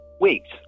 Weeks